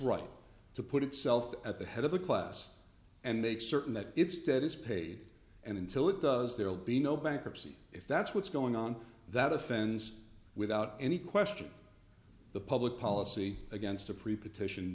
right to put itself at the head of the class and make certain that its debt is paid and until it does there will be no bankruptcy if that's what's going on that offends without any question the public policy against a preposition